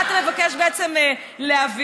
מה אתה מבקש בעצם להביא?